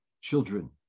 children